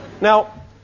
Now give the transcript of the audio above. Now